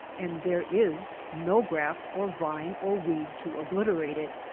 and there is no grass or vine or weed to obliterate it.